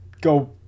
go